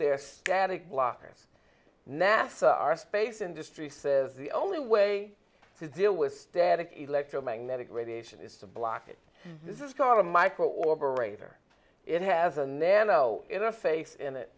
they're static blockers nasser our space industry says the only way to deal with static electromagnetic radiation is to block it this is called a micro operate or it has a nano interface in it